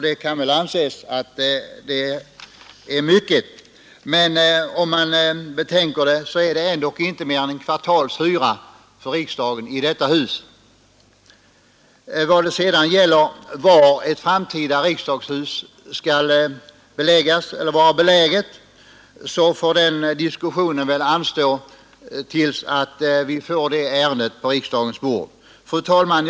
Det är emellertid inte mer än en kvartalshyra för riksdagen i detta hus. Vad sedan gäller var ett framtida riksdagshus skall förläggas så får väl den diskussionen anstå tills dess att vi får detta ärende på riksdagens bord Fru talman!